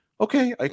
Okay